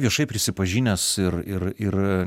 viešai prisipažinęs ir